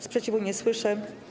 Sprzeciwu nie słyszę.